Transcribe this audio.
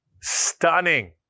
Stunning